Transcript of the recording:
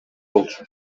болчу